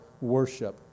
worship